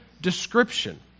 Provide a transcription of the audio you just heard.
description